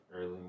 early